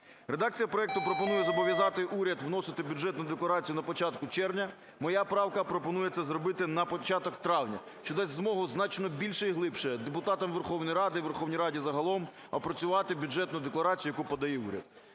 Редакція проекту пропонує зобов'язати уряд вносити Бюджетну декларацію на початку червня. Моя правка пропонує це зробити на початку травня, що дасть змогу значно більше і глибше депутатам Верховної Ради і Верховній Раді загалом опрацювати Бюджетну декларацію, яку подає уряд.